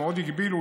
שמאוד הגבילו,